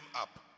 up